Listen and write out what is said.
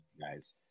guys